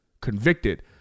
convicted